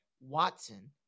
Watson